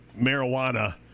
marijuana